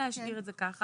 כן להשאיר את זה ככה.